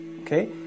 Okay